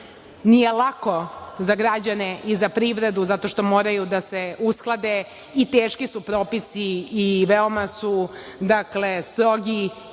nije lako za građane i za privredu zato što moraju da se usklade i teški su propisi i veoma su strogi,